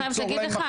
אני חייבת להגיד לך,